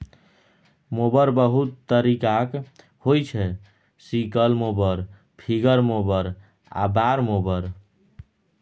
mower बहुत तरीकाक होइ छै सिकल मोबर, फिंगर मोबर आ बार मोबर